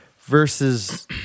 versus